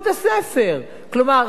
כלומר, רק אם מבקשים.